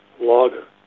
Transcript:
logger